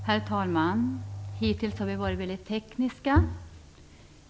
Herr talman! Hittills har vi varit väldigt tekniska.